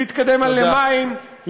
להתקדם למים,